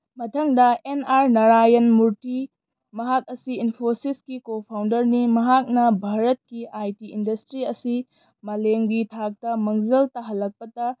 ꯃꯊꯪꯗ N R Narayana Murthy ꯃꯍꯥꯛ ꯑꯁꯤ ꯏꯟꯐꯣꯁꯤꯁꯀꯤ ꯀꯣ ꯐꯥꯎꯟꯗꯔꯅꯤ ꯃꯍꯥꯛꯅ ꯚꯥꯔꯠꯀꯤ ꯑꯥꯏ ꯇꯤ ꯏꯟꯗꯁꯇ꯭ꯔꯤ ꯑꯁꯤ ꯃꯥꯂꯦꯝꯒꯤ ꯊꯥꯛꯇ ꯃꯥꯡꯖꯤꯜ ꯇꯥꯍꯜꯂꯛꯄꯗ